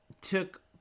took